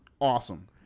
awesome